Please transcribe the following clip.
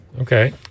Okay